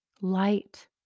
Light